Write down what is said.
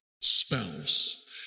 spouse